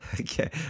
Okay